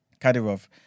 Kadyrov